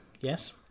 Yes